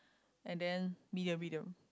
and then medium medium